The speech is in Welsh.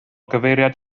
gyfeiriad